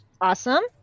Awesome